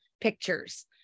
pictures